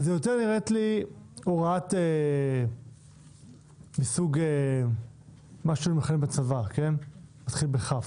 זה יותר נראית לי הוראה מסוג מה שהיינו מכנים בצבא מתחיל בכ'.